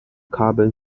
carbon